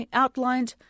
outlined